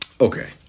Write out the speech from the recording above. Okay